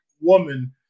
woman